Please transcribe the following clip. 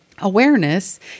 awareness